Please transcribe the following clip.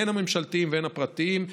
הן הממשלתיים והן הפרטיים,